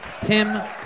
Tim